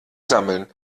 sammeln